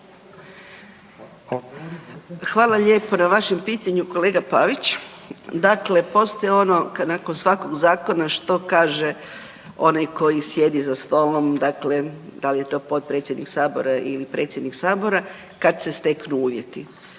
Hvala lijepo na vašem pitanju kolega Pavić. Dakle, postoji ono nakon svakog zakona što kaže onaj koji sjedi za stolom, dakle da li je to potpredsjednik sabora ili predsjednik sabora, kad se steknu uvjeti.